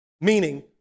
Meaning